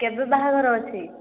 କେବେ ବାହାଘର ଅଛି